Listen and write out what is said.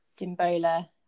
Dimbola